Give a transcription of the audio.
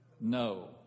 No